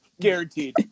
Guaranteed